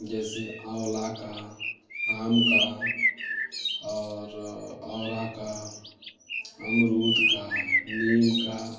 जैसे आंवला का आम का और औरा का अमरूद का नीम का